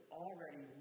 already